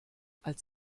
als